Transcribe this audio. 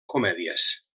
comèdies